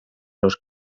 los